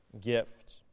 gift